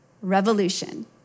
revolution